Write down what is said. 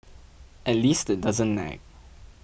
at least it doesn't nag